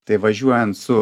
tai važiuojant su